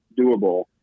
doable